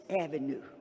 Avenue